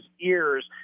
ears